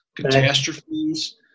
catastrophes